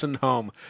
home